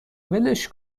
ولش